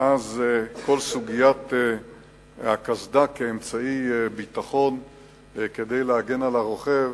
ואז כל סוגיית הקסדה כאמצעי ביטחון וכדי להגן על הרוכב,